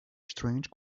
strange